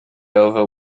over